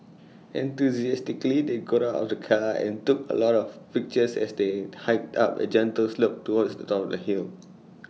enthusiastically they got out of the car and took A lot of pictures as they hiked up A gentle slope towards the top of the hill